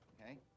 okay